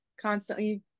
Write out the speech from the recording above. constantly